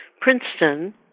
Princeton